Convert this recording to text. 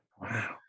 Wow